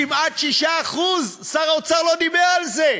כמעט 6%, שר האוצר לא דיבר על זה.